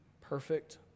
perfect